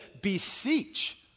beseech